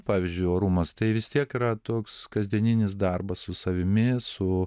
pavyzdžiui orumas tai vis tiek yra toks kasdieninis darbas su savimi su